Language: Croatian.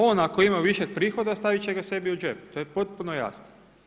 On ako ima višak prihoda stavit će ga sebi u džep, to je potpuno jasno.